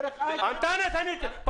לא, זה התנחלויות, לא פריפריה.